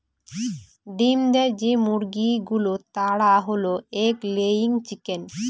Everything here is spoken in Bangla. ডিম দেয় যে মুরগি গুলো তারা হল এগ লেয়িং চিকেন